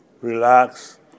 relax